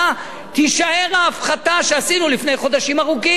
תישאר ההפחתה שעשינו לפני חודשים ארוכים.